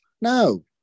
No